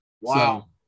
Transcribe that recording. Wow